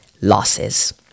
losses